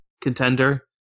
contender